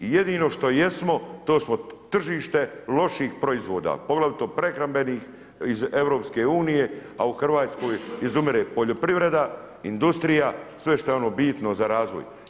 I jedino što jesmo, to smo tržište loših proizvoda, poglavito prehrambenih, iz EU a u Hrvatskoj izumire poljoprivreda, industrija, sve što je ono bitno za razvoj.